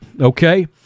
okay